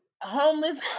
homeless